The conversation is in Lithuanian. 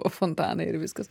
fontanai ir viskas